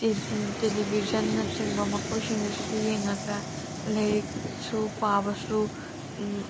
ꯇꯦꯂꯤꯚꯤꯖꯟꯅꯆꯤꯡꯕ ꯃꯈꯣꯏꯁꯤꯡ ꯑꯁꯤꯗ ꯌꯦꯡꯉꯒ ꯂꯥꯏꯔꯤꯛꯁꯨ ꯄꯥꯕꯁꯨ